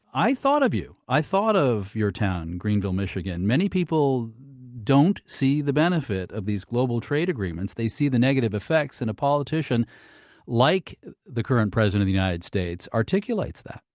i thought of you, i thought of your town, greenville, michigan. many people don't see the benefit of these global trade agreements. they see the negative effects, and a politician like the current president of the united states articulates that.